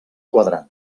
quadrant